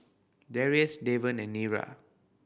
Drrius Davon and Nira